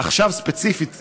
עכשיו ספציפית,